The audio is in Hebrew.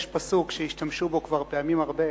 יש פסוק שהשתמשו בו פה כבר פעמים הרבה,